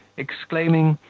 exclaiming,